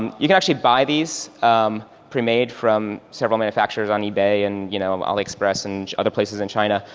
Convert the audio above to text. um you can actually buy these premade from several manufacturers on ebay and you know um all express and other places in china,